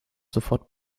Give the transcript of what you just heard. sofort